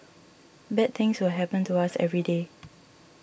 bad things will happen to us every day